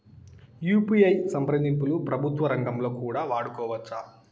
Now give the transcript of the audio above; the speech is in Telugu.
యు.పి.ఐ సంప్రదింపులు ప్రభుత్వ రంగంలో కూడా వాడుకోవచ్చా?